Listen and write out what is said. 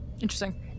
Interesting